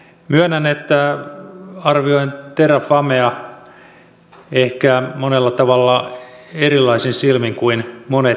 myönnän että arvioin terrafamea ehkä monella tavalla erilaisin silmin kuin monet täällä